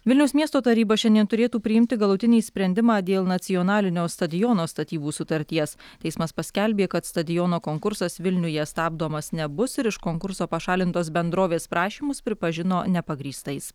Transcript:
vilniaus miesto taryba šiandien turėtų priimti galutinį sprendimą dėl nacionalinio stadiono statybų sutarties teismas paskelbė kad stadiono konkursas vilniuje stabdomas nebus ir iš konkurso pašalintos bendrovės prašymus pripažino nepagrįstais